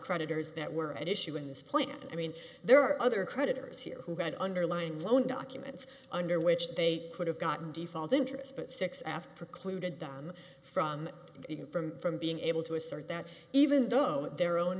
creditors that were at issue in this plan i mean there are other creditors here who had underlying loan documents under which they could have gotten default interest but six after precluded them from even from from being able to assert that even though their own